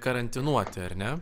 karantinuoti ar ne